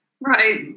Right